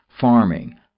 farming